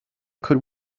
could